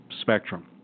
spectrum